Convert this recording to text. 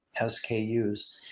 SKUs